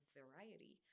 variety